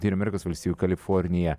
tai yra amerikos valstijų kalifornija